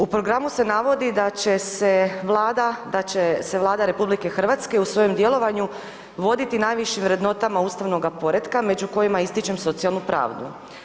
U programu se navodi da će se Vlada, da će se Vlada RH u svojem djelovanju voditi najvišim vrednotama ustavnoga poretka među kojima ističem socijalnu pravdu.